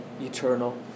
eternal